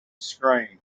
scream